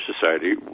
Society